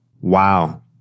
Wow